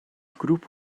grŵp